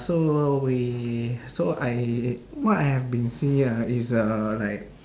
so we so I what I have been see uh is uh like